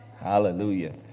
Hallelujah